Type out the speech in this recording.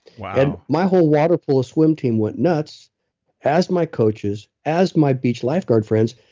wow my whole water polo swim team went nuts as my coaches, as my beach lifeguard friends,